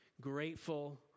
grateful